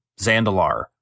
Zandalar